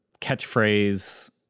catchphrase